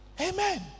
amen